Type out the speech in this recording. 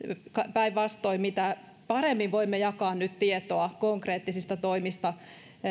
päinvastoin mitä paremmin voimme jakaa nyt tietoa konkreettisista toimista